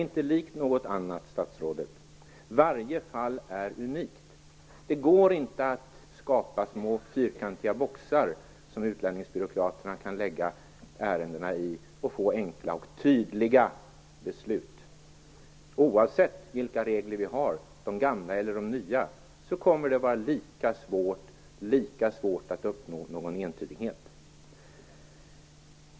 Detta liknar inget annat, statsrådet. Varje fall är unikt. Det går inte att skapa små fyrkantiga boxar, som utlänningsbyråkraterna kan lägga ärendena i och få enkla och tydliga beslut. Oavsett om vi har de gamla eller de nya reglerna, kommer det att vara lika svårt att uppnå någon entydighet.